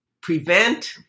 prevent